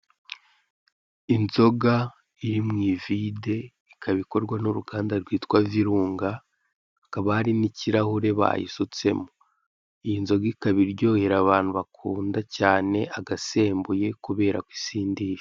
Inzoga iri mu ivide ikaba ikorwa n'uruganda rwitwa Virunga, hakaba hari n'ikirahure bayisutsemo. Iyi nzoga ikaba iryohera abantu bakunda cyane agasembuye kubera ko isindisha.